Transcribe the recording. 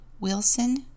Wilson